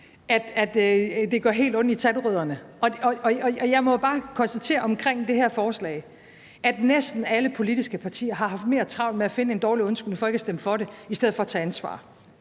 at det gør helt ondt i tandrødderne, og jeg må bare konstatere omkring det her forslag, at næsten alle politiske partier har haft travlt med at finde en dårlig undskyldning for ikke at stemme for det i stedet for at tage ansvar.